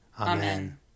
Amen